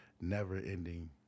never-ending